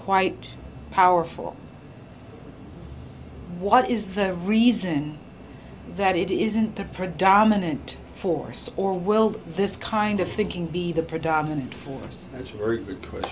quite powerful what is the reason that it isn't the predominant force or will this kind of thinking be the predominant force